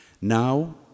Now